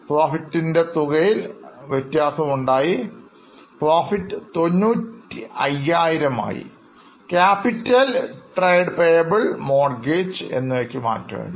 Capital Trade Payables Mortgage എന്നിവയ്ക്ക് മാറ്റമില്ല